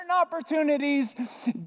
opportunities